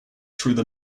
through